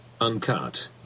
uncut